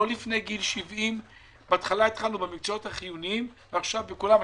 שיפרשו לא לפני גיל 70. בהתחלה התחלנו במקצועות החיוניים ועכשיו בכולם.